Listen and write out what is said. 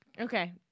Okay